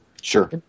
Sure